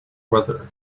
weather